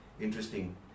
interesting